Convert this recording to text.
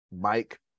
Mike